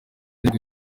nibwo